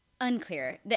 unclear